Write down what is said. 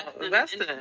investing